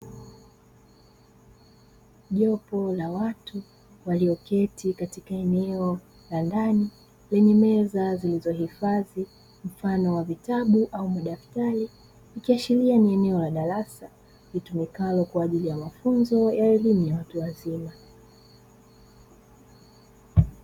Jopo la watu walioketi katika eneo la ndani, lenye meza zilizohifadhi mfano wa vitabu au madaftari, ikiashiria ni eneo la darasa litumikalo kwaajili ya mafunzo ya elimu ya watu wazima.